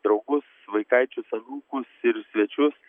draugus vaikaičius anūkus ir svečius